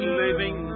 living